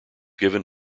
given